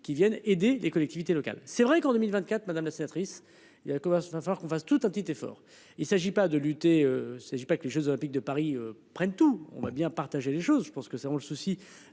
qu'ils viennent aider les collectivités locales, c'est vrai qu'en 2024 madame la sénatrice. Il y a commerce va falloir qu'on fasse tout un petit effort. Il s'agit pas de lutter c'est je ai pas que les Jeux olympiques de Paris prennent tout. On va bien partager les choses, je pense que ça on le souci.